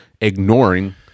ignoring